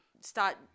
start